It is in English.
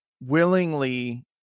willingly